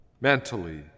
mentally